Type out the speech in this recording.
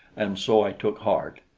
and so i took heart.